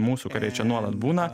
mūsų kariai čia nuolat būna